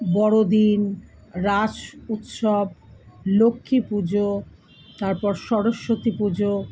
বড়দিন রাস উৎসব লক্ষ্মী পুজো তারপর সরস্বতী পুজো